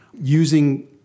using